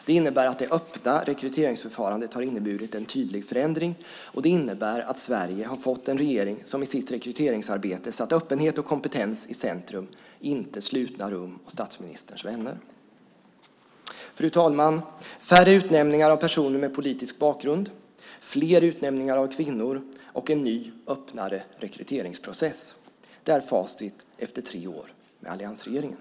Det öppna rekryteringsförfarandet har inneburit en tydlig förändring, och det innebär att Sverige har fått en regering som i sitt rekryteringsarbete satt öppenhet och kompetens i centrum, inte slutna rum och statsministerns vänner. Fru talman! Färre utnämningar av personer med politisk bakgrund, fler utnämningar av kvinnor och en ny öppnare rekryteringsprocess är facit efter tre år med alliansregeringen.